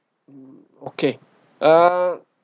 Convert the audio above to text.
mm okay uh